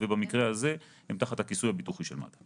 ובמקרה הזה הם תחת הכיסוי הביטוחי של מד"א.